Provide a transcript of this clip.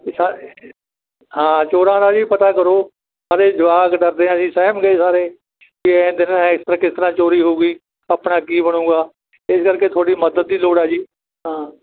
sir ਹਾਂ ਚੋਰਾਂ ਦਾ ਜੀ ਪਤਾ ਕਰੋ ਸਾਡੇ ਜਵਾਕ ਡਰਦੇ ਆ ਅਸੀਂ ਸਹਿਮ ਗਏ ਸਾਰੇ ਕਿ ਦਿਨ ਇਸ ਤਰ੍ਹਾਂ ਕਿਸ ਤਰ੍ਹਾਂ ਚੋਰੀ ਹੋ ਗਈ ਆਪਣਾ ਕੀ ਬਣੂਗਾ ਇਸ ਕਰਕੇ ਤੁਹਾਡੀ ਮਦਦ ਦੀ ਲੋੜ ਹੈ ਜੀ ਹਾਂ